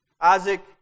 Isaac